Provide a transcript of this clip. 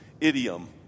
idiom